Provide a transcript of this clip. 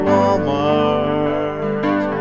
Walmart